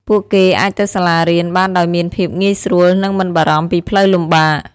ពួកគេអាចទៅសាលារៀនបានដោយមានភាពងាយស្រួលនិងមិនបារម្ភពីផ្លូវលំបាក។